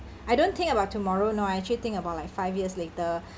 I don't think about tomorrow no I actually think about like five years later